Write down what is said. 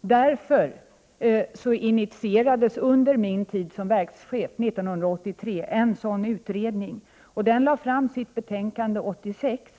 Därför initierades 1983, under min tid som verkschef, en sådan utredning, och den lade fram sitt betänkande 1986.